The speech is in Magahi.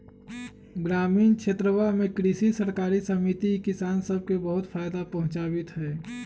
ग्रामीण क्षेत्रवा में कृषि सरकारी समिति किसान सब के बहुत फायदा पहुंचावीत हई